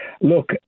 Look